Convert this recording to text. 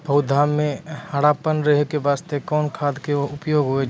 पौधा म हरापन रहै के बास्ते कोन खाद के उपयोग होय छै?